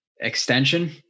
Extension